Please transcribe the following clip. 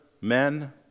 men